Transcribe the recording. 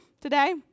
today